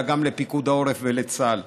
אלא גם לפיקוד העורף ולצה"ל.